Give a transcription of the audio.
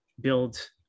build